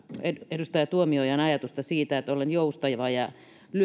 edustaja tuomiojan ajatusta olen joustava ja